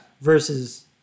versus